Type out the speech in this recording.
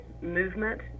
movement